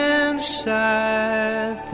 inside